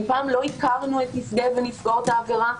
אם פעם לא הכרנו את נפגעי ונפגעות העבירה,